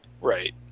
right